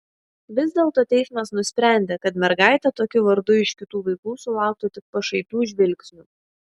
vis dėlto teismas nusprendė kad mergaitė tokiu vardu iš kitų vaikų sulauktų tik pašaipių žvilgsnių